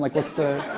like what's the?